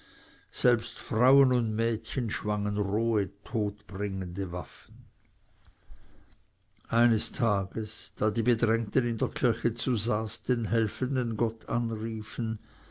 selbst frauen und mädchen schwangen rohe todbringende waffen eines tages da die bedrängten in der kirche zu saß den helfenden gott anriefen